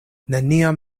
neniam